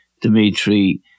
Dmitry